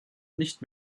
nicht